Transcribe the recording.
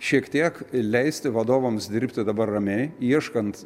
šiek tiek leisti vadovams dirbti dabar ramiai ieškant